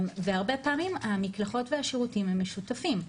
והרבה פעמים המקלחות והשירותים הם משותפים.